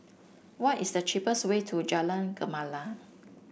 what is the cheapest way to Jalan Gemala